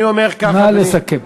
נא לסכם.